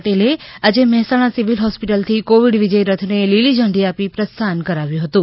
પટેલે આજે મહેસાણા સિવિલ હોસ્પિટલથી કોવિડ વિજયરથને લીલી ઝંડી આપી પ્રસ્થાન કરાવ્યુ હતુ